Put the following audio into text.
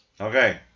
Okay